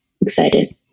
excited